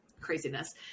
craziness